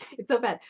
it's so bad,